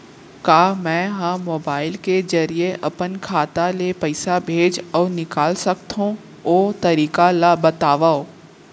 का मै ह मोबाइल के जरिए अपन खाता ले पइसा भेज अऊ निकाल सकथों, ओ तरीका ला बतावव?